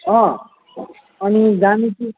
अँ अनि जाने कि